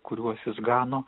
kuriuos jis gano